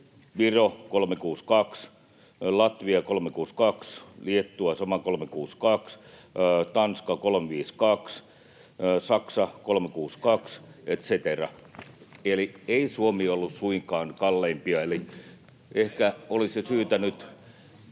Viro 362, Latvia 362, Liettua sama 362, Tanska 352, Saksa 362 et cetera. Eli ei Suomi ollut suinkaan kalleimpia, [Perussuomalaisten